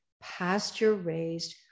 pasture-raised